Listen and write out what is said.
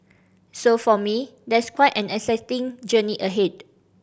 so for me there's quite an exciting journey